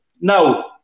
now